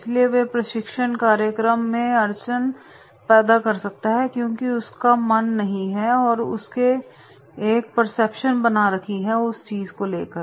इसलिए वो प्रशिक्षण कार्यक्रम में अर्चन पैदा कर सकता है क्यूंकि उसका मन्न नहीं है और उसने एक परसेप्शन बना रखी है उसको लेकर